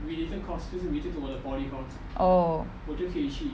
oh